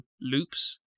loops